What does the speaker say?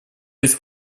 есть